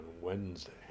Wednesday